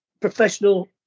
professional